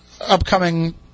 upcoming